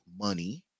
money